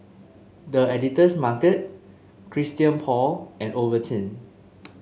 The Editor's Market Christian Paul and Ovaltine